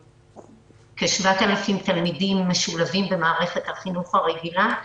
כ-7,000 תלמידים משולבים במערכת החינוך הרגילה,